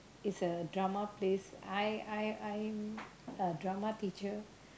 it's a drama place I I I'm a drama teacher